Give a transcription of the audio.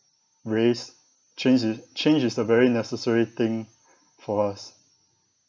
race change is change is the very necessary thing for us